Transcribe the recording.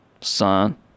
son